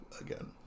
again